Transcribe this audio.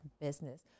business